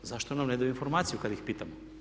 Zašto nam ne daju informaciju kad ih pitamo.